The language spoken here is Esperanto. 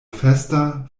festa